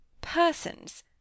persons